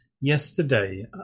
yesterday